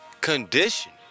condition